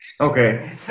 Okay